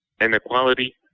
Inequality